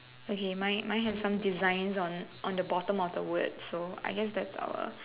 okay mine mine has some designs on on the bottom of the word so I guess that's our